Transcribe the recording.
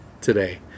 today